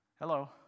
Hello